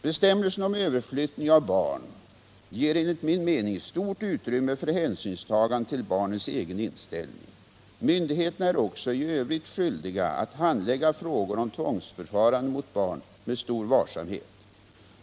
Bestämmelsen om överflyttning av barn ger enligt min mening stort utrymme för hänsynstagande till barnets egen inställning. Myndigheterna är också i övrigt skyldiga att handlägga frågor om tvångsförfarande mot barn med stor varsamhet.